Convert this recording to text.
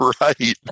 Right